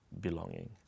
belonging